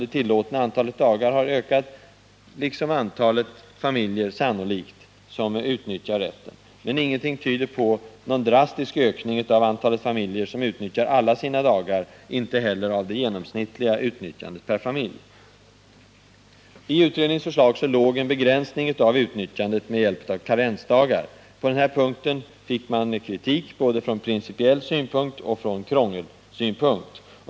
Det tillåtna antalet dagar har ökat liksom sannolikt antalet familjer som över huvud taget utnyttjar rätten — men ingenting tyder på någon drastisk ökning av antalet familjer som utnyttjar alla sina dagar, inte heller av det genomsnittliga utnyttjandet per familj. I utredningens förslag låg en begränsning av utnyttjandet med hjälp av karensdagar. På den punkten fick man kritik från principiell synpunkt och från krångelsynpunkt.